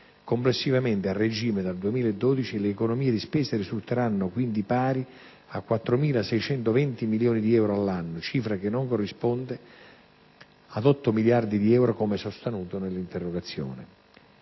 Complessivamente, a regime, dal 2012, le economie di spesa risulteranno quindi pari a 4.620 milioni di euro all'anno, cifra che non corrisponde ad 8 miliardi di euro come sostenuto nell'interrogazione.